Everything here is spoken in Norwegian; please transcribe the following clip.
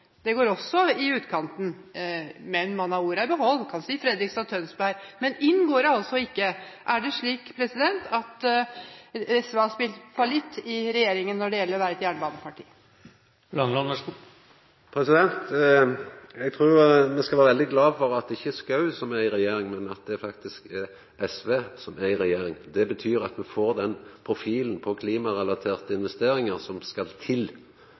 det går også i utkanten. Men man har ordene i behold og kan si Fredrikstad og Tønsberg, men inn går det altså ikke. Er det slik at SV har spilt falitt i regjeringen når det gjelder å være et jernbaneparti? Eg trur me skal vera veldig glade for at det ikkje er representanten Schou som er i regjering, men at det faktisk er SV som er i regjering. Det betyr at me får den profilen på klimarelaterte investeringar som skal til.